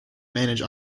manage